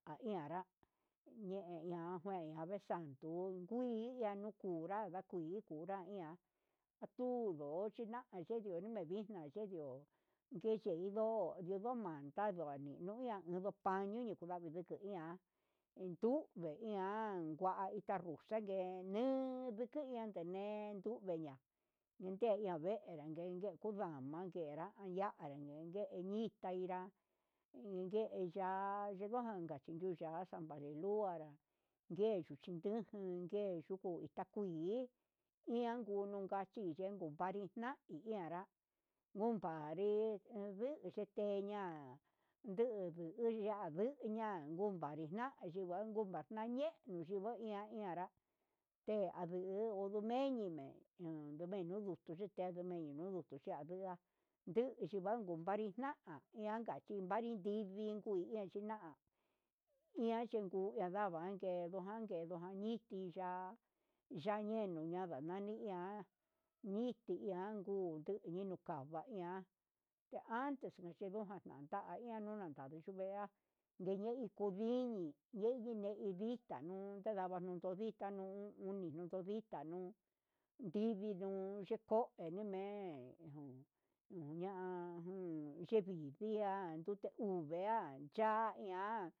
Kaji anra ñeña'a akuei kesanduu kuii ankunrada akuii unranguia atundio na'a yime'e tevixna yi'o, ye hido yonamanda ndoani yuna yopan ñuñu ka viko iha kentun ngue veian anguan ta rosa nguen, nguen ku iha tine'e nduveña ndetia navenra nguen ngue vanga ke'e ya'a ngarangue kundan mangue kenra yanren nguengue yanre nune itá ñenrá, ingue yua yiyu nganga ché yuya yibalilu anrá ngueyu yinduján ngue yungu takuii ianguno kachi iengu parina tian, nrá ngunpared vix xhikiña ndubuun udayuña han jun vina'a yungu bangu añe'e tiña yunguu iin añanrá he aduu ngudu ñenime uun menundu chunduté anumu chudu tundia nduga tungu banguu kunraxvina'a jan ihanka chi vanrin ndii vinga china'a vingui nrikui china'a ian nguu nadavan ke'e juanken nañiti ya'á ya'á ndeñuu yanda nani iha ñiti ian nguu ini nuu kava ian antes kechendujan ndanda taninu no ian achuvenra ien en kundini yeye indita nuu entendon antodita nuu un un odoto ndita nuu nrivii no'o koeme'e yanuu yevi nitia ndute uu iha ya iha.